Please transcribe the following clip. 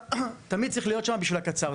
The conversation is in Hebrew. אז תמיד צריך להיות שם בשביל הטווח הקצר.